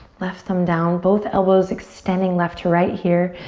left thumb down. both elbows extending left to right here.